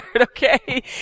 Okay